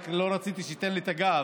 רק לא רציתי שייתן לי את הגב,